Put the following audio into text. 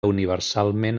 universalment